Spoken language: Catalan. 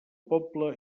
poble